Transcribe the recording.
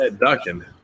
ducking